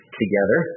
together